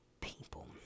people